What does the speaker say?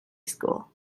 school